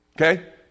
okay